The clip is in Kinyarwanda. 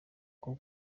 bwo